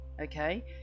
okay